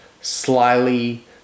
slyly